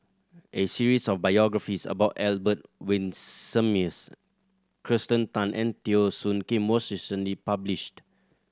a series of biographies about Albert Winsemius Kirsten Tan and Teo Soon Kim was recently published